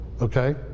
Okay